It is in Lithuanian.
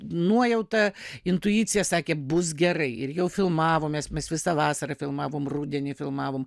nuojauta intuicija sakė bus gerai ir jau filmavomės mes visą vasarą filmavom rudenį filmavom